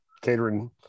catering